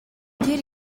тэр